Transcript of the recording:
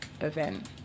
event